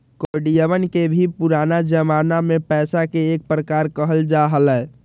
कौडियवन के भी पुराना जमाना में पैसा के एक प्रकार कहल जा हलय